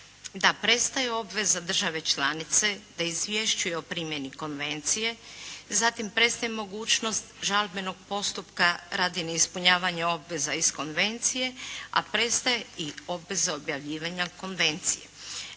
da prestaju obveze države članice da izvješćuje o primjeni konvencije, zatim prestaje mogućnost žalbenog postupka radi neispunjavanja obveza iz konvencije a prestaje i obveza objavljivanja konvencije.